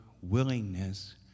willingness